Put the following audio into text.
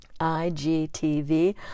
IGTV